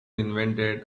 invented